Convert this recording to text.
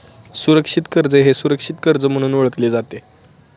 सुरक्षित कर्ज हे सुरक्षित कर्ज म्हणून ओळखले जाते